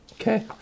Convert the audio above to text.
Okay